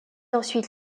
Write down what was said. ensuite